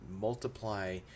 multiply